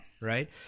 right